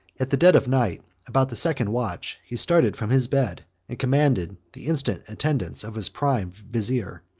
at the dead of night, about the second watch, he started from his bed, and commanded the instant attendance of his prime vizier.